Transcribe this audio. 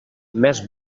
més